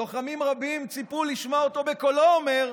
לוחמים רבים ציפו לשמוע אותו בקולו אומר: